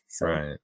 right